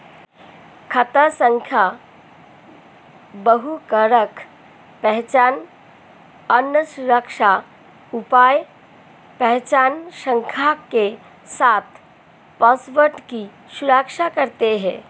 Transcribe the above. खाता संख्या बहुकारक पहचान, अन्य सुरक्षा उपाय पहचान संख्या के साथ पासवर्ड की सुरक्षा करते हैं